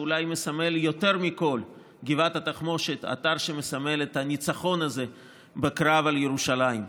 שאולי מסמל יותר מכול את הניצחון הזה בקרב על ירושלים.